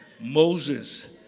Moses